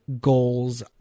goals